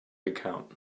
account